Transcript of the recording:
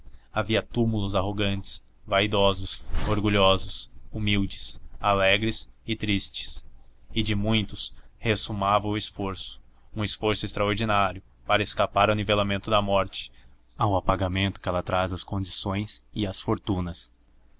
antipatias havia túmulos arrogantes vaidosos orgulhosos humildes alegres e tristes e de muito ressumava o esforço um esforço extraordinário para escapar ao nivelamento da morte ao apagamento que ela traz às condições e às fortunas